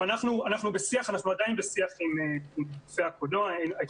אנחנו ממשיכים לתקצב את קרנות הקולנוע כרגיל.